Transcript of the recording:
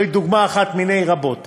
זוהי דוגמה אחת מני רבות